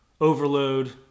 Overload